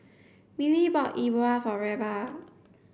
Milly bought E Bua for Reba